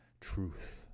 truth